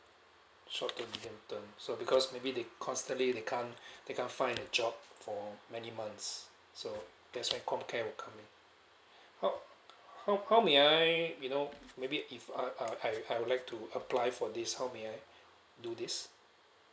short term medium term so because maybe they constantly they can't they can't find a job for many months so that's why comcare will cover how how how may I you know maybe if uh uh I I would like to apply for this how may I do this